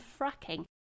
fracking